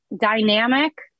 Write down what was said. dynamic